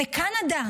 בקנדה.